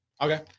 Okay